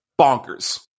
bonkers